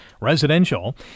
Residential